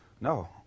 No